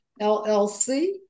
LLC